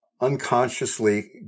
unconsciously